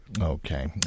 Okay